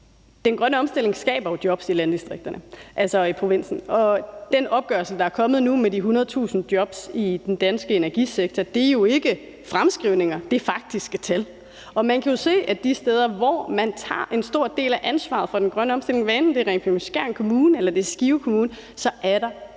Den grønne omstilling skaber jo jobs i landdistrikterne, altså i provinsen. Den opgørelse, der er kommet nu, over de 100.000 jobs i den danske energisektor, er jo ikke fremskrivninger; det er faktiske tal. Og man kan se, at de steder, hvor man tager en stor del af ansvaret for den grønne omstilling, hvad enten det er Ringkøbing-Skjern Kommune eller Skive Kommune, er der gode